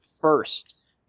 first